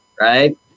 Right